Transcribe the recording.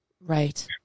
Right